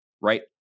right